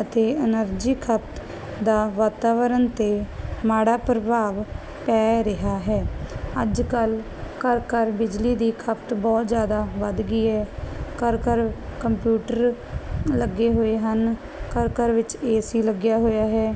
ਅਤੇ ਐਨਰਜੀ ਖਤ ਦਾ ਵਾਤਾਵਰਨ ਤੇ ਮਾੜਾ ਪ੍ਰਭਾਵ ਪੈ ਰਿਹਾ ਹੈ ਅੱਜ ਕੱਲ ਘਰ ਬਿਜਲੀ ਦੀ ਖਪਤ ਬਹੁਤ ਜਿਆਦਾ ਵੱਧ ਗਈ ਹੈ ਘਰ ਘਰ ਕੰਪਿਊਟਰ ਲੱਗੇ ਹੋਏ ਹਨ ਘਰ ਘਰ ਵਿੱਚ ਏਸੀ ਲੱਗਿਆ ਹੋਇਆ ਹੈ